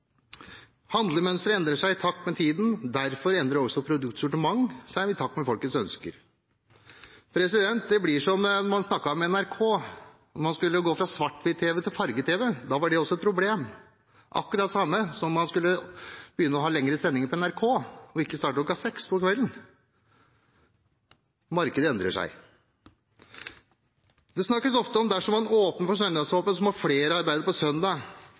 Handlemønsteret endrer seg i takt med tiden, og produktsortimentet endrer seg i takt med folks ønsker. Det blir som da NRK skulle gå fra svart-hvitt tv til farge-tv, det var også et problem – akkurat som da man skulle begynne å ha lengre sendinger på NRK og ikke starte kl. 18 på kvelden. Markedet endrer seg. Det snakkes ofte om at dersom man åpner for søndagsåpne butikker, må flere arbeide på søndag.